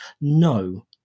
No